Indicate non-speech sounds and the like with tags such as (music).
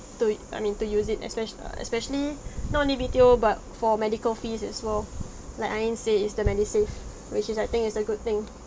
to I mean to use it espec~ especially (breath) not only medi~ but for medical fees as well like Ain say is the money safe which is I think is a good thing